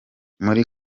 muri